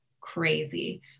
crazy